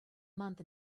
month